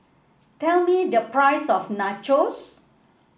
tell me the price of Nachos